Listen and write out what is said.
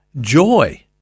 joy